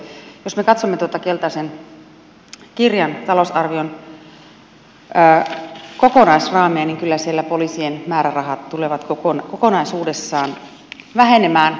jos me katsomme keltaisen kirjan talousarvion kokonaisraameja niin kyllä siellä poliisien määrärahat tulevat kokonaisuudessaan vähenemään